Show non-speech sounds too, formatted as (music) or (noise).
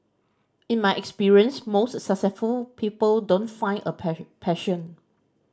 in my experience most successful people don't find a (unintelligible) passion